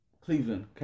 Cleveland